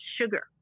sugar